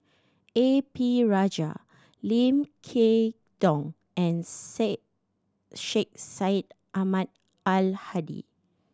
A P Rajah Lim Kay Tong and Syed Sheikh Syed Ahmad Al Hadi